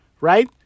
right